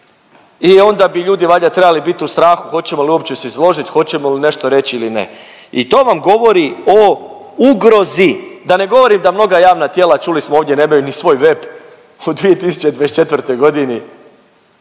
i onda bi ljudi valjda trebali bit u strahu hoćemo li uopće se izložit, hoćemo li nešto reći ili ne i to vam govori o ugrozi, da ne govorim da mnoga javna tijela, čuli smo ovdje, nemaju ni svoj web u 2024.g..